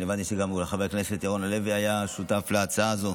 והבנתי שאולי גם חבר הכנסת ירון לוי היה שותף להצעה הזו,